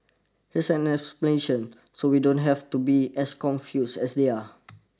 here's the explanation so you don't have to be as confused as they are